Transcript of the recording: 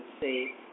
say